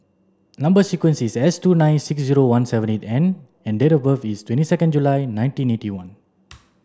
number sequence is S two nine six zero one seven eight N and date of birth is twenty second July nineteen eighty one